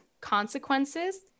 consequences